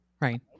right